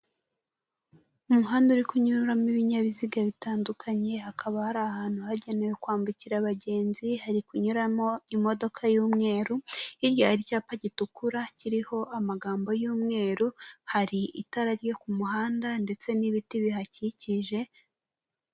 Umuhanda uri kunyuramo ibinyabiziga bitandukanye, hakaba hari ahantu hagenewe kwambukira abagenzi hari kunyuramo imodoka y'umweru, hirya hari icyapa gitukura kiriho amagambo y'umweru, hari itara ryo ku muhanda ndetse n'ibiti bihakikije...